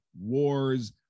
wars